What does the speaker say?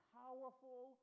powerful